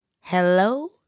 Hello